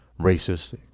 racist